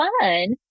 fun